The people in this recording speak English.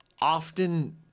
often